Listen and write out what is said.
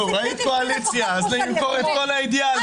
ראית קואליציה, אז למכור את כל האידיאלים.